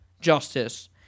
justice